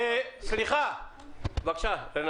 בבקשה.